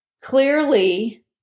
clearly